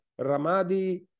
Ramadi